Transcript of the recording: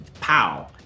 Pow